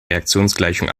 reaktionsgleichung